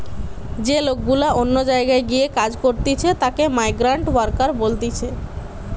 যে লোক গুলা অন্য জায়গায় গিয়ে কাজ করতিছে তাকে মাইগ্রান্ট ওয়ার্কার বলতিছে